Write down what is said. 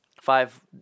Five